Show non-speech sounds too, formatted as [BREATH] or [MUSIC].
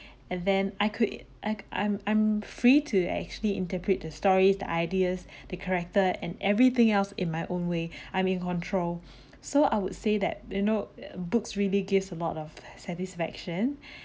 and then I could it act I'm I'm free to actually interpret the stories the ideas [BREATH] the character and everything else in my own way I'm in control [BREATH] so I would say that you know books really gives a lot of satisfaction [BREATH]